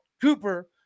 Cooper